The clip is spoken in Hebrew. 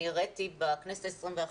אני הראיתי בכנסת ה-21,